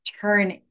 turn